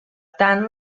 tant